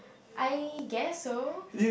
I guess so